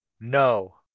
No